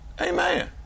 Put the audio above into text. Amen